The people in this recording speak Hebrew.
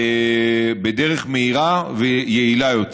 בדרך מהירה ויעילה יותר.